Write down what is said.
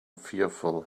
fearful